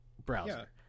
browser